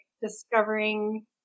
discovering